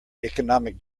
economic